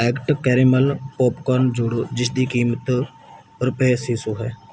act caramel popcorn ਜੋੜੋ ਜਿਸ ਦੀ ਕੀਮਤ ਰੁਪਏ ਛੇ ਸੌ ਹੈ